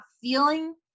feeling